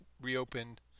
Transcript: reopened